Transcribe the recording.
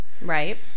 Right